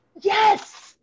Yes